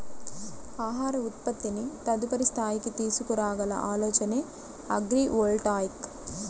ఆహార ఉత్పత్తిని తదుపరి స్థాయికి తీసుకురాగల ఆలోచనే అగ్రివోల్టాయిక్